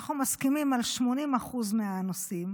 אנחנו מסכימים על 80% מהנושאים